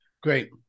Great